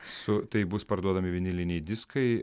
su tai bus parduodami viniliniai diskai